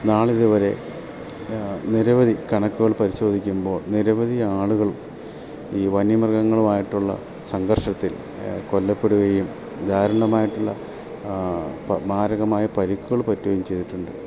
നാളിതുവരെ നിരവധി കണക്കുകൾ പരിശോധിക്കുമ്പോൾ നിരവധി ആളുകൾ ഈ വന്യമൃഗങ്ങളും ആയിട്ടുള്ള സംഘർഷത്തിൽ കൊല്ലപ്പെടുകയും ദാരുണമായിട്ടുള്ള മാരകമായ പരിക്കുകൾ പറ്റുകയും ചെയ്തിട്ടുണ്ട്